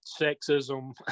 sexism